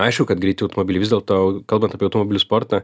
aišku kad greiti automobiliai vis dėlto kalbant apie automobilių sportą